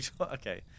Okay